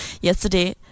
yesterday